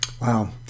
Wow